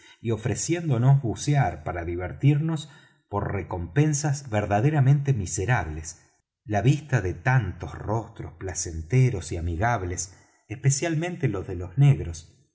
y ofreciéndonos bucear para divertirnos por recompensas verdaderamente miserables la vista de tantos rostros placenteros y amigables especialmente los de los negros